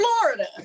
Florida